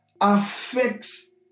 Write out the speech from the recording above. affects